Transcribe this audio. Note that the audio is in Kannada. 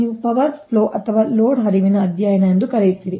ನೀವು ಪವರ್ ಪ್ಲೋ ಅಥವಾ ಲೋಡ್ ಹರಿವಿನ ಅಧ್ಯಯನ ಎಂದು ಕರೆಯುತ್ತೀರಿ